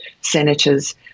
senators